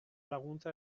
laguntza